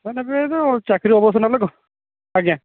ma'am ଏବେ ଏଇ ଯେଉଁ ଚାକିରୀ ଅବସର ନେଲେ ତ ଆଜ୍ଞା